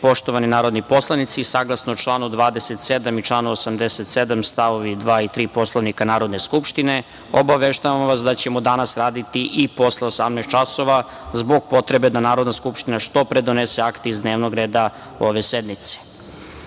poslanike. Poštovani narodni poslanici, saglasno članu 27. i članu 87. st. 2. i 3. Poslovnika Narodne skupštine, obaveštavam vas da ćemo danas raditi i posle 18.00 časova zbog potrebe da Narodna skupština što pre donese akte iz dnevnog reda ove